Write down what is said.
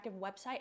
website